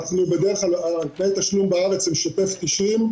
בדרך כלל תנאי התשלום בארץ הם שוטף פלוס 90,